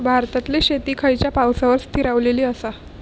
भारतातले शेती खयच्या पावसावर स्थिरावलेली आसा?